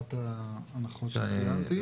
תחת ההנחות שציינתי.